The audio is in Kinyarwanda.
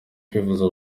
kwivuza